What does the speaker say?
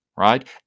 right